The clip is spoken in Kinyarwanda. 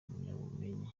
impamyabumenyi